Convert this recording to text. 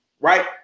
right